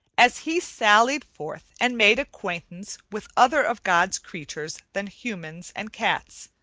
as he sallied forth and made acquaintance with other of god's creatures than humans and cats,